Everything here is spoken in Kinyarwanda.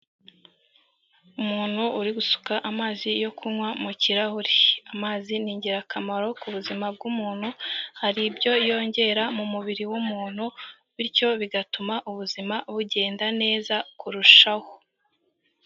Umuntu uri gusuka amazi yo kunywa mu kirahuri. Amazi ni ingirakamaro ku buzima bw'umuntu, hari ibyo yongera mu mubiri w'umuntu bityo bigatuma ubuzima bugenda neza kurushaho.